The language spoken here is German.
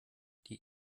die